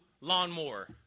lawnmower